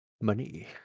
Money